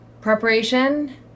preparation